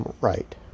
right